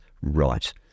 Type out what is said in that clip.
right